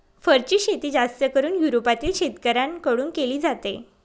फरची शेती जास्त करून युरोपातील शेतकऱ्यांन कडून केली जाते